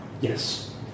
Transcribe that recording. Yes